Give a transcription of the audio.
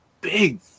big